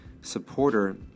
supporter